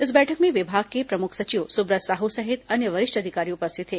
इस बैठक में विभाग के प्रमुख सचिव सुब्रत साहू सहित अन्य वरिष्ठ अधिकारी उपस्थित थे